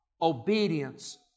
obedience